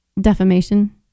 defamation